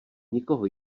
nikoho